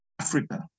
Africa